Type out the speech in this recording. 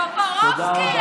טופורובסקי,